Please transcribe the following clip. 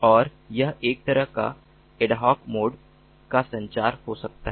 और यह एक तरह का एड हॉक मोड का संचार हो सकता है